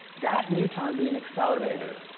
that neutron beam accelerator,